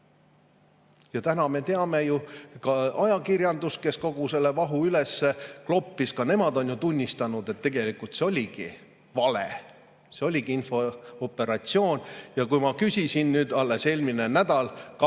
Ja täna me teame ju ka seda, et ajakirjandus, kes kogu selle vahu üles kloppis, on samuti tunnistanud, et tegelikult see oligi vale, see oligi infooperatsioon. Kui ma küsisin alles eelmine nädal